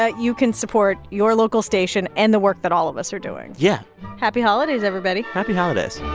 ah you can support your local station and the work that all of us are doing yeah happy holidays, everybody happy holidays